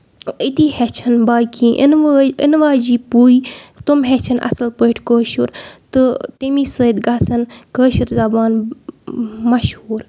أتی ہیٚچھن باقی ینہٕ وٲلۍ یِنہٕ واجنہِ پُے تِم ہٮ۪چھن اَصٕل پٲٹھۍ کٲشُر تہٕ تٔمی سۭتۍ گژھن کٲشَر زَبان مَشہوٗر